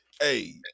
hey